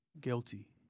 guilty